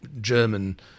German